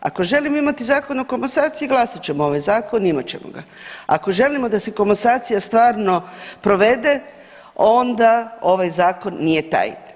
Ako želimo imati Zakon o komasaciji glasat ćemo ovaj zakon imat ćemo ga, ako želimo da se komasacija stvarno provede onda ovaj zakon nije taj.